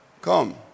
Come